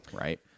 right